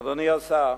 אדוני השר,